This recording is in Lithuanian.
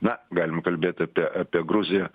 na galim kalbėt apie apie gruziją